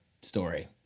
story